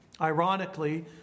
Ironically